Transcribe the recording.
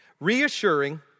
Reassuring